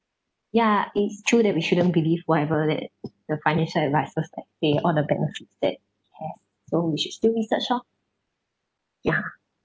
ya it's true that we shouldn't believe whatever that the financial advisers like say all the benefits that it has so we should still research lor yeah